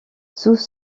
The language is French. sous